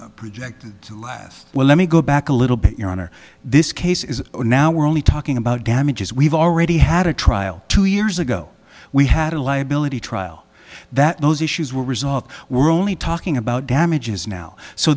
carries project last well let me go back a little bit your honor this case is now we're only talking about damages we've already had a trial two years ago we had a liability trial that those issues were resolved we're only talking about damages now so